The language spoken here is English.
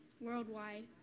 worldwide